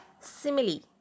simile